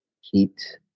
heat